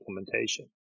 implementation